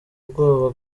ubwoba